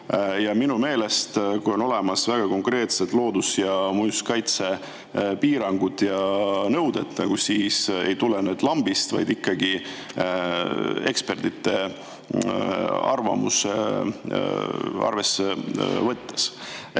Minu meelest, kui on olemas väga konkreetsed loodus‑ ja muinsuskaitsepiirangud ja nõuded, siis ei tule need lambist, vaid ikkagi ekspertide arvamust arvesse võttes.